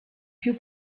più